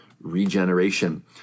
regeneration